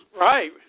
right